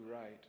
right